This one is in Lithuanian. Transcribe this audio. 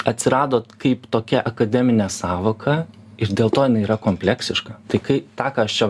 atsirado kaip tokia akademinė sąvoka ir dėl to jinai yra kompleksiška tai kai tą ką aš čia